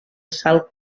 salt